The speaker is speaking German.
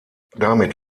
damit